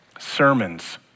sermons